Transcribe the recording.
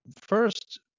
First